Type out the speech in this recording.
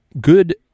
good